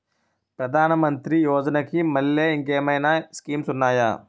ప్రధాన మంత్రి యోజన కి మల్లె ఇంకేమైనా స్కీమ్స్ ఉన్నాయా?